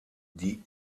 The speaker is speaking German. die